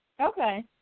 Okay